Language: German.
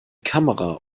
kamera